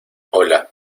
hola